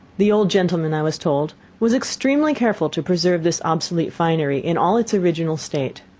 the old gentleman, i was told, was extremely careful to preserve this obsolete finery in all its original state.